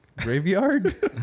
graveyard